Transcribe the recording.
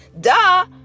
Duh